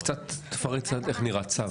תפרט איך נראה צו.